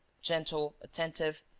gentle. attentive.